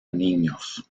niños